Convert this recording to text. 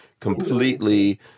completely